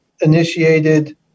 initiated